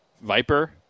Viper